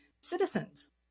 citizens